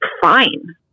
fine